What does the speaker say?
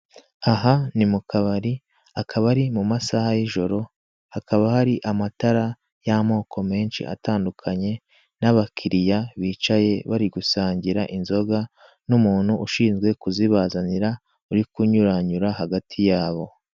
Aha ni mu kabari, akaba ari mu masaha y'ijoro, hakaba hari amatara y'amoko menshi atandukanye n'abakiriya bicaye bari gusangira inzoga; n'umuntu ushinzwe kuzibazanira, uri kunyuranyura hagati yabo.